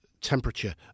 temperature